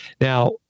Now